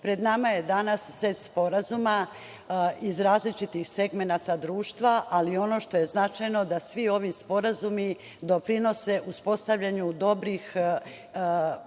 pred nama je danas set sporazuma iz različitih segmenata društva, ali ono što je značajno je da svi ovi sporazumi doprinose uspostavljanju dobre